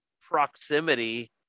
proximity